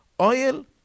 oil